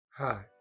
Hi